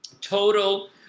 total